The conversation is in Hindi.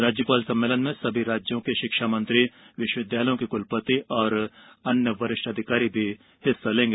राज्यपाल सम्मेलन में सभी राज्यों के शिक्षा मंत्री विश्वविद्यालयों के कुलपति और अन्य वरिष्ठ अधिकारी भी भाग लेंगे